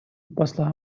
посла